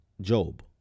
job